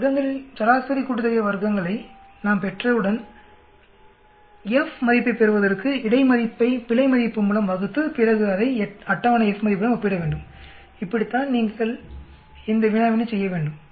வர்க்கங்களின் சராசரி கூட்டுத்தொகையை நாம் பெற்றவுடன் F மதிப்பைப் பெறுவதற்கு இடை மதிப்பை பிழை மதிப்பு மூலம் வகுத்து பிறகு அதை அட்டவணை F மதிப்புடன் ஒப்பிட வேண்டும் இப்படித்தான் நீங்கள் இந்த வினாவினைச் செய்ய வேண்டும்